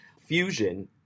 fusion